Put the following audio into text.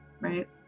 right